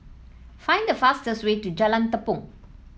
find the fastest way to Jalan Tepong